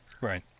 Right